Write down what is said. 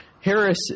Harris